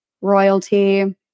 royalty